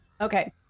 okay